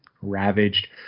ravaged